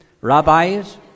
rabbis